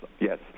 yes